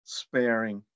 sparing